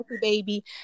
baby